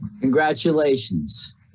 congratulations